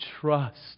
trust